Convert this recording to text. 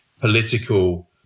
political